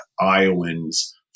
Iowans